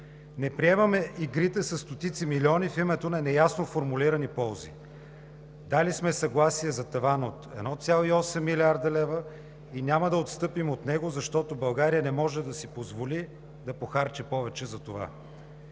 Не приемаме игрите със стотици милиони в името на неясно формулирани ползи. Дали сме съгласие за таван от 1,8 млрд. лв. и няма да отстъпим от него, защото България не може да си позволи да похарчи повече за това.